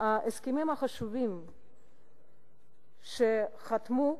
ההסכמים החשובים שחתמו עליהם,